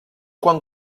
quan